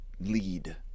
lead